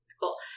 cool